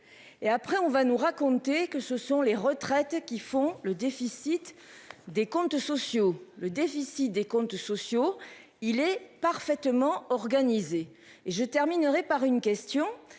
Et après on va nous raconter que ce sont les retraités qui font le déficit des comptes sociaux. Le déficit des comptes sociaux. Il est parfaitement organisé et je terminerai par une question